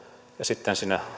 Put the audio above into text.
ja sitten sinne